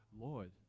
Lord